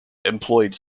employed